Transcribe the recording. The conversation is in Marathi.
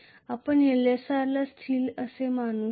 आपण Lsr ला स्थिर कसे मानू शकता